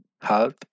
health